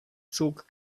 zog